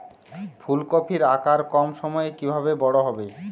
ফুলকপির আকার কম সময়ে কিভাবে বড় হবে?